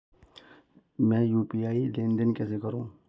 मैं यू.पी.आई लेनदेन कैसे करूँ?